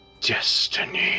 destiny